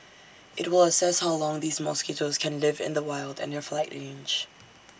IT will assess how long these mosquitoes can live in the wild and their flight range